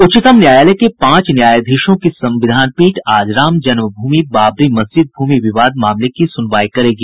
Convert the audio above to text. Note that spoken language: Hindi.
उच्चतम न्यायालय के पांच न्यायाधीशों की संविधान पीठ आज राम जन्म भूमि बाबरी मस्जिद भूमि विवाद मामले की सुनवाई करेगी